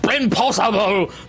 Impossible